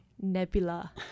nebula